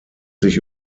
sich